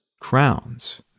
crowns